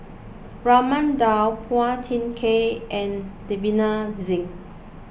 Raman Daud Phua Thin Kiay and Davinder Singh